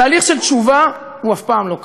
תהליך של תשובה הוא אף פעם לא קל.